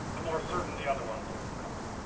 the more certain the other ones would become.